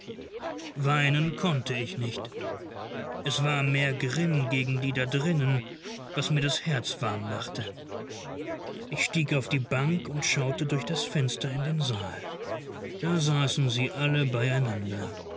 weinen konnte ich nicht es war mehr grimm gegen die da drinnen was mir das herz warm machte ich stieg auf die bank und schaute durch das fenster in den saal da saßen sie alle beieinander